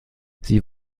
sie